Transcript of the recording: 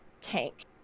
tank